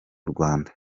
rwanda